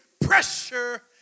pressure